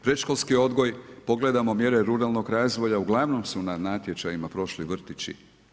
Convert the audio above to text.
Predškolski odgoj, pogledamo mjere ruralnog razvoja, uglavnom su na natječajima prošli vrtići.